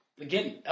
Again